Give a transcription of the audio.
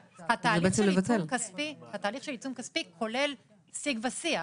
התהליך של העיצום הכספי כולל שיג ושיח.